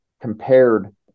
compared